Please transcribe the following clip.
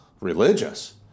religious